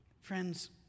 Friends